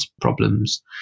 problems